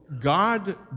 God